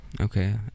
okay